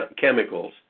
chemicals